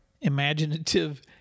imaginative